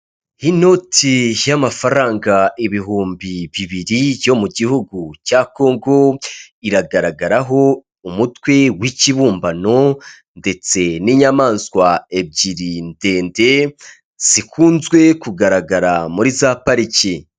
Inoti y'amafaranga ibihumbi bibiri yo mu gihugu cya Kongo, iragaragaraho umutwe w'ikibumbano ndetse n'inyamaswa ebyiri ndende zikunzwe kugaragara muri za parike.